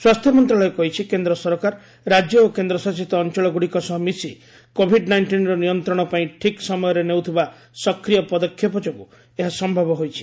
ସ୍ୱାସ୍ଥ୍ୟ ମନ୍ତ୍ରଣାଳୟ କହିଛି କେନ୍ଦ୍ର ସରକାର ରାଜ୍ୟ ଓ କେନ୍ଦ୍ ଶାସିତ ଅଞ୍ଚଳଗ୍ରଡ଼ିକ ସହ ମିଶି କୋଭିଡ୍ ନାଇଷ୍ଟିନ୍ର ନିୟନ୍ତ୍ରଣ ପାଇଁ ଠିକ୍ ସମୟରେ ନେଉଥିବା ସକ୍ରିୟ ପଦକ୍ଷେପ ଯୋଗୁଁ ଏହା ସମ୍ଭବ ହୋଇଛି